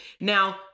Now